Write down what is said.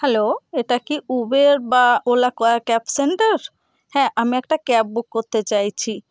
hello এটা কি Uber বা ওলা কোয়া ক্যাব সেন্টার হ্যাঁ আমি একটা ক্যাব বুক করতে চাইছি